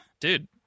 dude